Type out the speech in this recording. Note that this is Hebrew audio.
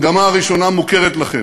המגמה הראשונה מוכרת לכם,